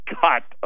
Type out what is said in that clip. cut